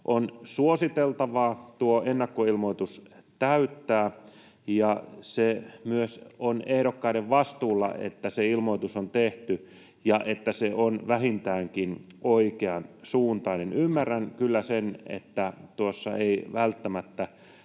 On suositeltavaa tuo ennakkoilmoitus täyttää, ja on myös ehdokkaiden vastuulla, että se ilmoitus on tehty ja että se on vähintäänkin oikeansuuntainen. Ymmärrän kyllä sen, että tuossa ei välttämättä